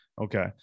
Okay